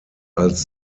als